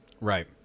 Right